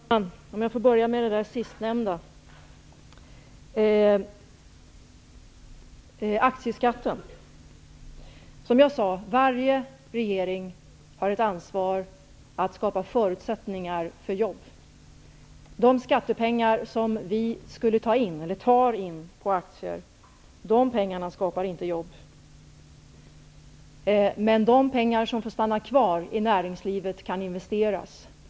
Herr talman! Jag vill börja med att kommentera det sistnämnda, aktieskatten. Som jag sade har varje regering ett ansvar för att skapa förutsättningar för jobb. De skattepengar som tas in på aktier skapar inga jobb, men de pengar som kvarstår i näringslivet kan investeras.